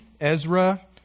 Ezra